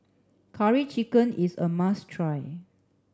curry chicken is a must try